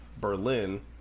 Berlin